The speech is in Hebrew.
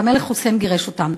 המלך חוסיין גירש אותם.